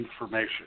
information